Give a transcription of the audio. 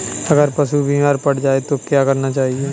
अगर पशु बीमार पड़ जाय तो क्या करना चाहिए?